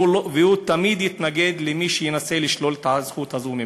והוא תמיד יתנגד למי שינסה לשלול את הזכות הזאת ממנו.